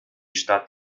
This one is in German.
stadt